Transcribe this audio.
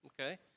Okay